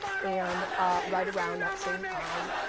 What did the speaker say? and right around that same time,